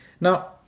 Now